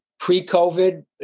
Pre-COVID